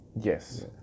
Yes